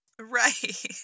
Right